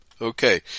Okay